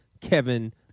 Kevin